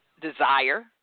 desire